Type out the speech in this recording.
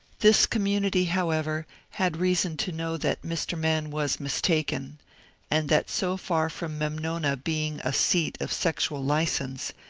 this community, however, had reason to know that mr. mann was mistaken and that so far from memnona being a seat of sexual license,